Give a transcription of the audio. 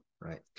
Right